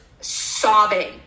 sobbing